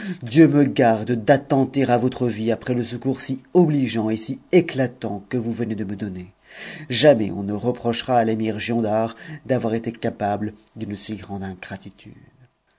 dieu me garde d'attenter à votre vie après le secours si obligeant et si éclatant que vous venez de me donner jamais on ne reprochera à l'émir giondar d'avoir été capable d'une si grande